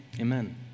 Amen